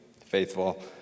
faithful